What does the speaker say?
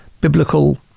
biblical